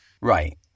Right